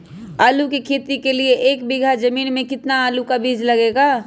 आलू की खेती के लिए एक बीघा जमीन में कितना आलू का बीज लगेगा?